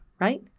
right